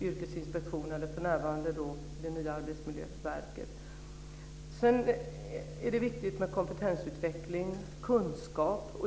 Yrkesinspektionen eller det nya arbetsmiljöverket. Sedan är det viktigt med kompetensutveckling och kunskap.